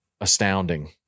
astounding